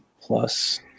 plus